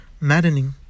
maddening